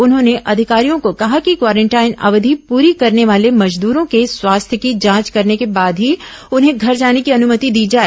उन्होंने अधिकारियों को कहा कि क्वारेंटाइन अवधि पूरी करने वाले मजदूरों के स्वास्थ्य की जांच करने के बाद ही उन्हें घर जाने की अनुमति दी जाए